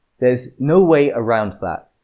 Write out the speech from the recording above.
there's no way around that.